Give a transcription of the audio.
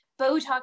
Botox